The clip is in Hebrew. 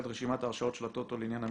את רשימת ההרשאות של הטוטו לעניין המתקנים,